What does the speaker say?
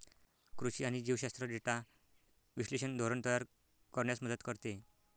कृषी आणि जीवशास्त्र डेटा विश्लेषण धोरण तयार करण्यास मदत करते